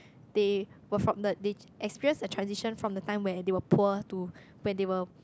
they were from the they experienced the transition from the time where they were poor to where they were